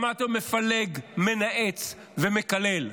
שמעתם אותו מפלג, מנאץ ומקלל,